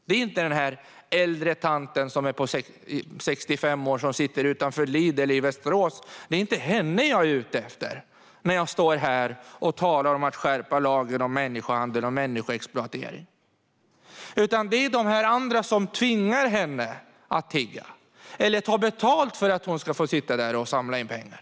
Det är inte den äldre tanten på 65 år som sitter utanför Lidl i Västerås som jag är ute efter när jag står här och talar om att skärpa lagen om människohandel och människoexploatering, utan det är de andra som tvingar henne att tigga eller som tar betalt för att hon ska få sitta där och samla in pengar.